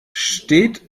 steht